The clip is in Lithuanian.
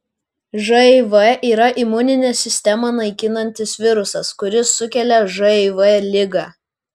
živ yra imuninę sistemą naikinantis virusas kuris sukelia živ ligą